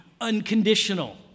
unconditional